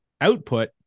output